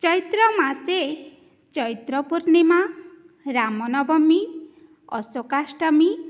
चैत्रमासे चैत्रपूर्णिमा रामनवमी अशोकाष्टमी